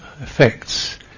effects